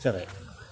जाबाय